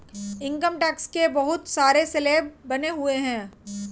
income tax के बहुत सारे स्लैब बने हुए हैं